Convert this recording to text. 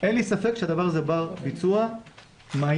אין לי ספק שהדבר הזה בר-ביצוע, מהיר.